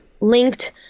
linked